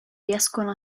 riescono